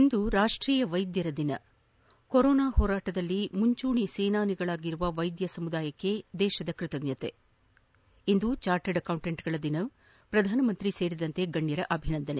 ಇಂದು ರಾಷ್ಟೀಯ ವೈದ್ಯರ ದಿನ ಕೊರೊನಾ ಹೋರಾಟದಲ್ಲಿ ಮುಂಚೂಣಿ ಸೇನಾನಿಗಳಾಗಿರುವ ವೈದ್ಯ ಸಮೂಹಕ್ಕೆ ದೇಶದ ಕೃತಜ್ಞತೆ ಇಂದು ಚಾರ್ಟಡ್ ಅಕೌಂಟೆಂಟ್ಗಳ ದಿನ ಪ್ರಧಾನಮಂತ್ರಿ ಸೇರಿದಂತೆ ಗಣ್ಯರ ಅಭಿನಂದನೆ